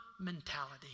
mentality